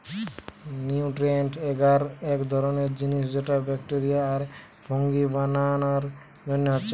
nutrient এগার এক ধরণের জিনিস যেটা ব্যাকটেরিয়া আর ফুঙ্গি বানানার জন্যে হচ্ছে